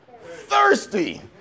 thirsty